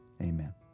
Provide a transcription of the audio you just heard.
amen